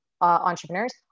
entrepreneurs